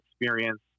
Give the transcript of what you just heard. experience